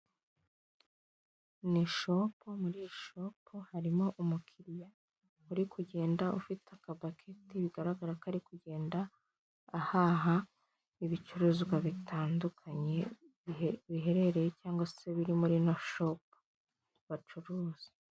Ni ishopu muri iyi shopu harimo umukiriya uri kugenda ufite akabaketi bigaragara ko ari kugenda ahaha ibicuruzwa bitandukanye biherereye cyangwa se biri muri ino shopu bacuruza.